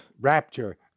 Rapture